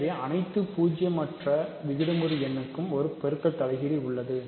எனவே அனைத்து பூஜ்ஜியமற்ற விகிதமுறு எண்ணுக்கும் ஒரு பெருக்க தலைகீழ் உள்ளது